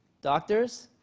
doctors?